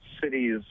cities